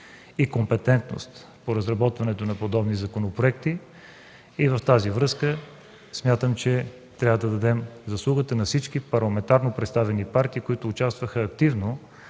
и компетентност по разработването на подобни законопроекти и в тази връзка смятам, че трябва да дадем заслугата на всички парламентарно представени партии, които участваха активно